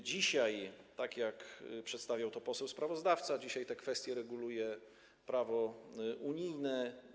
Dzisiaj, tak jak przedstawiał to poseł sprawozdawca, te kwestie reguluje prawo unijne.